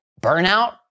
burnout